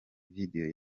video